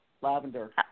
lavender